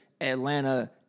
Atlanta